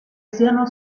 siano